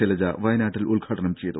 ശൈലജ വയനാട്ടിൽ ഉദ്ഘാടനം ചെയ്തു